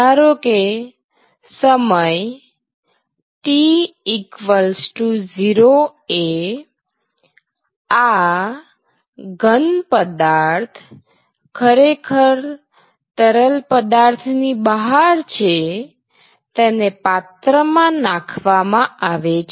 ધારોકે સમય t0 એ આ ઘન પદાર્થ ખરેખર તરલ પદાર્થ ની બહાર છે તેને પાત્રમાં નાખવામાં આવે છે